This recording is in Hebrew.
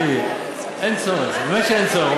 תראי, אין צורך, באמת שאין צורך.